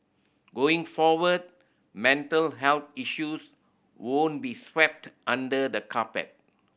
going forward mental health issues won't be swept under the carpet